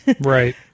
Right